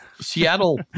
Seattle